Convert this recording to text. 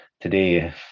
today